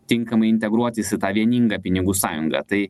tinkamai integruotis į tą vieningą pinigų sąjungą tai